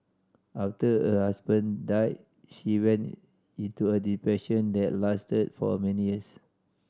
after her husband died she went into a depression that lasted for many years